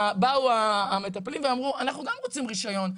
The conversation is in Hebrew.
באו המטפלים ואמרו 'אנחנו גם רוצים רישיון.